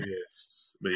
yes